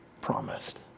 promised